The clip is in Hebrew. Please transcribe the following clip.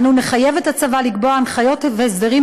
אנו נחייב את הצבא לקבוע הנחיות והסדרים